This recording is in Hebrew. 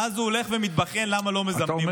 ואז הוא הולך ומתבכיין למה לא מזמנים אותו.